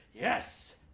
Yes